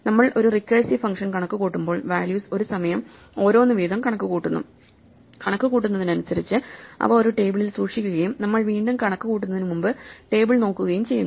നമ്മൾ ഒരു recursive function കണക്കുകൂട്ടുമ്പോൾ വാല്യൂസ് ഒരു സമയം ഓരോന്ന് വീതം കണക്കുകൂട്ടുന്നു കണക്കുകൂട്ടുന്നതിനനുസരിച്ച് അവ ഒരു ടേബിളിൽ സൂക്ഷിക്കുകയും നമ്മൾ വീണ്ടും കണക്കുകൂട്ടുന്നതിനുമുമ്പ് ടേബിൾ നോക്കുകയും ചെയ്യുന്നു